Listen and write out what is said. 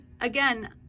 again